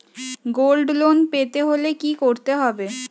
Gold loan পেতে হলে কি করতে হবে?